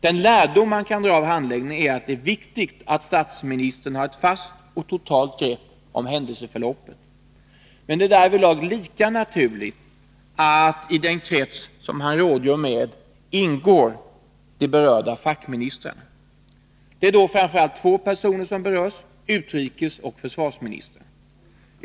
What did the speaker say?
Den lärdom man kan dra av handläggningen är att det är viktigt att statsministern har ett fast och totalt grepp om händelseförloppet. Men det är därvidlag lika naturligt att i den krets som han rådgör med ingår de berörda fackministrarna. Det är då framför allt två personer som berörs: utrikesoch försvarsministrarna.